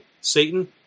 Satan